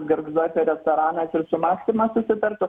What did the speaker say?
gargžduose restoranas ir su maksima susitartų